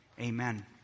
Amen